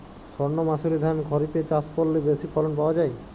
সর্ণমাসুরি ধান খরিপে চাষ করলে বেশি ফলন পাওয়া যায়?